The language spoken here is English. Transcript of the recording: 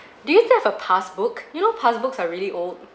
do you have a passbook you know passbooks are really old